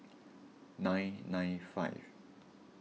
nine nine five